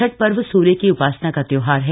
छठ पर्व सूर्य की उपासना का त्योहार है